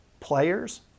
players